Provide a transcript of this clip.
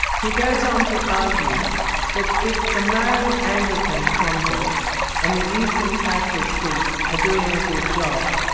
he goes on to argue that if the married anglican converts and the eastern catholic priests are doing a good job,